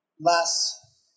Last